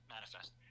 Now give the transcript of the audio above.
Manifest